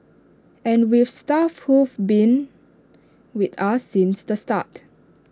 and we've staff who've been with us since the start